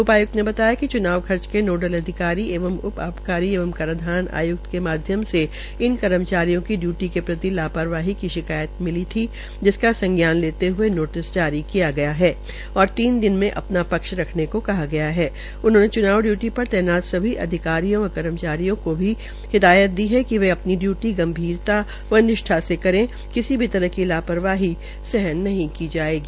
उपाय्क्त ने बताया कि चूनाव खर्च के लोडल अधिकारी एवं उप आबकारी एवं कराधान आय्क्त के माध्यम से इन कर्मचारियों की डयूटी के प्रति लापरवाही की शिकायत प्राप्त हई थी जिसका संज्ञान लेते हये नोटिस जारी किया गया है और उन्होंने चुनाव डयूटी पर तैनात सभी अधिकारियों व कर्मचारियों को भी हिदायत दी है कि वे अपनी डयूटी गंभीरता व निष्ठा से करे किसी भी तरह की लापरवाही सहन नहीं की जायेगी